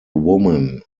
woman